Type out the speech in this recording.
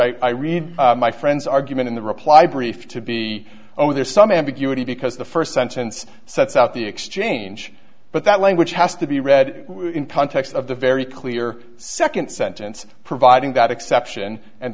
language i read my friend's argument in the reply brief to be oh there's some ambiguity because the first sentence sets out the exchange but that language has to be read in context of the very clear second sentence providing that exception and